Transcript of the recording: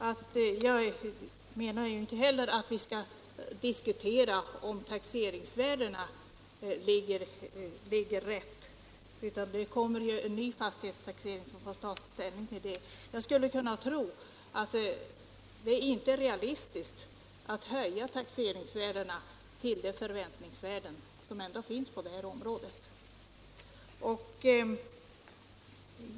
Nu menar jag inte heller att vi skall diskutera om taxeringsvärdena ligger rätt, utan det får ju nästa fastighetstaxering ta ställning till. Jag tror dock att det inte är realistiskt att höja taxeringsvärdena upp till de förväntningsvärden som förekommer.